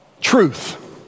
truth